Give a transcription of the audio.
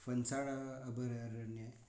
फणसाड अभयारण्य